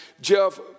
Jeff